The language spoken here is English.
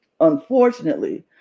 unfortunately